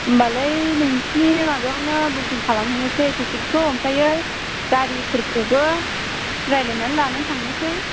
होम्बालाय नोंसोरनि माबायावनो बुकिं खालामहैनोसै पेकेजखौ ओमफ्राय गारिफोरखौबो रायलायनानै लानानै थांनोसै